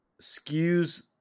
skews